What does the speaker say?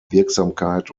wirksamkeit